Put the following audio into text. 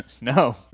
No